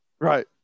Right